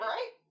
Right